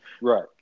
Right